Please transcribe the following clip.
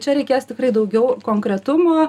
čia reikės tikrai daugiau konkretumo